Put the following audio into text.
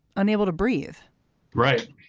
unable to breathe right.